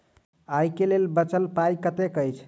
आइ केँ लेल बचल पाय कतेक अछि?